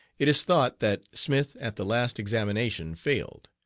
it is thought that smith at the last examination failed.